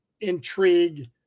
intrigue